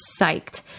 psyched